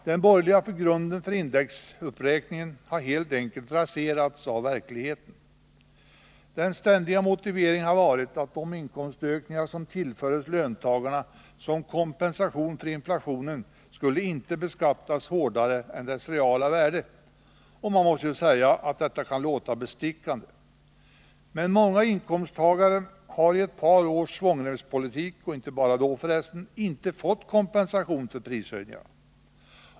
Den borgerliga grunden för indexuppräkningen har helt enkelt raserats av verkligheten. Den ständiga motiveringen har varit att de inkomstökningar som tillfördes löntagarna som kompensation för inflationen inte skulle beskattas hårdare än deras reala värde, och man måste ju säga att detta kan låta bestickande. Men många inkomsttagare har under ett par års svångremspolitik — och inte bara då, för resten — inte fått kompensation för prishöjningarna.